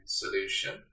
solution